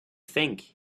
think